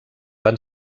van